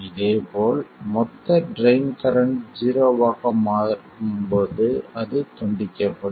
இதேபோல் மொத்த drain current ஜீரோவாக மாறும்போது அது துண்டிக்கப்படும்